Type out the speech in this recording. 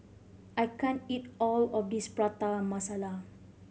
I can't eat all of this Prata Masala